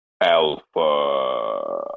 Alpha